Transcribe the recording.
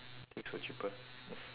things were cheaper